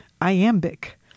iambic